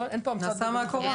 אין פה המצאה --- זה נעשה בקורונה.